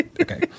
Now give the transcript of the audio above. Okay